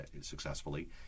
successfully